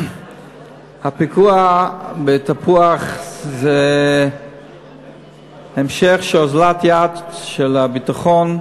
הפיגוע בתפוח הוא המשך של אוזלת יד של הביטחון.